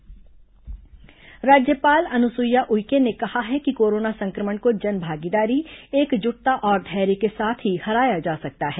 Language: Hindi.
राज्यपाल वेबीनार संबोधन राज्यपाल अनुसुईया उइके ने कहा है कि कोरोना संक्रमण को जनभागीदारी एकजुटता और धैर्य के साथ ही हराया जा सकता है